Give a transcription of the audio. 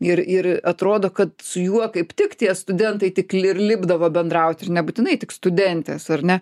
ir ir atrodo kad su juo kaip tik tie studentai tik ir lipdavo bendrauti ir nebūtinai tik studentės ar ne